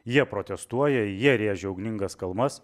jie protestuoja jie rėžia ugningas kalbas